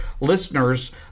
listeners